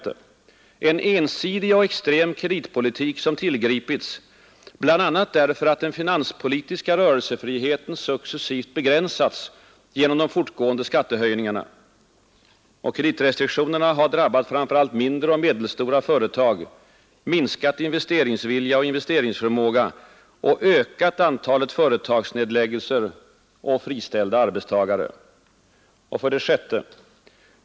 En ensidig och extrem kreditpolitik som tillgripits bl.a. därför att den finanspolitiska rörelsefriheten successivt begränsats genom de fortgående skattehöjningarna. Kreditrestriktionerna har drabbat framför allt mindre och medelstora företag, minskat investeringsviljan och investeringsförmågan samt ökat antalet företagsnedläggelser och friställda arbetstagare. 6.